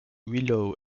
willow